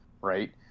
right